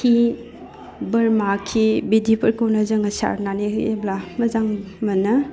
खि बोरमा खि बिदिफोरखौनो जोङो सारनानै होयोब्ला मोजां मोनो